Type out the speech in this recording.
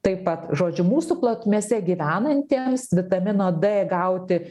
taip pat žodžiu mūsų plotmėse gyvenantiems vitamino d gauti